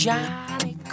Johnny